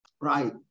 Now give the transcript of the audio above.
right